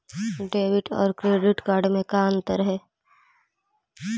Debit और credit card में का अंतर है?